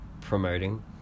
promoting